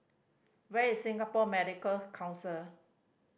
where is Singapore Medical Council